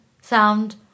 sound